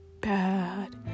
bad